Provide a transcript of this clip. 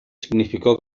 significó